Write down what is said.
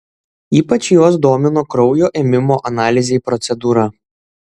ypač juos domino kraujo ėmimo analizei procedūra